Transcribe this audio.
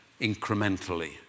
incrementally